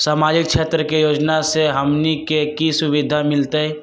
सामाजिक क्षेत्र के योजना से हमनी के की सुविधा मिलतै?